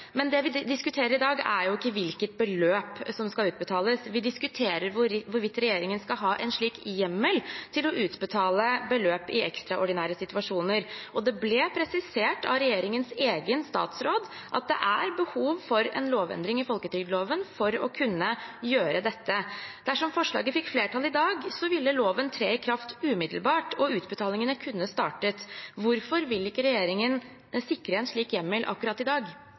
Men det vi diskuterer i dag, er ikke hvilket beløp som skal utbetales – vi diskuterer hvorvidt regjeringen skal ha en slik hjemmel til å utbetale beløp i ekstraordinære situasjoner. Det ble presisert av regjeringens egen statsråd at det er behov for en lovendring i folketrygdloven for å kunne gjøre dette. Dersom forslaget fikk flertall i dag, ville loven tre i kraft umiddelbart, og utbetalingene kunne ha startet. Hvorfor vil ikke regjeringen sikre en slik hjemmel akkurat i dag?